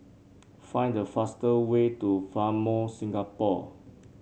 find the fastest way to Fairmont Singapore